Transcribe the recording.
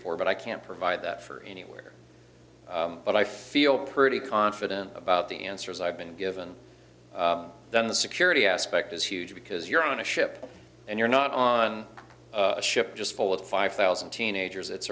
for but i can't provide that for anywhere but i feel pretty confident about the answers i've been given then the security aspect is huge because you're on a ship and you're not on a ship just full of five thousand teenagers